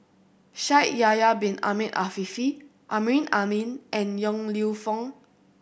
Shaikh Yahya Bin Ahmed Afifi Amrin Amin and Yong Lew Foong